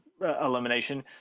elimination